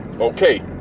okay